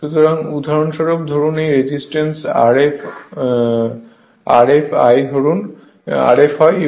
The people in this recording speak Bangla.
উদাহরণস্বরূপ ধরুন এই রেজিস্ট্যান্স হল Rf